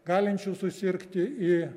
galinčių susirgti į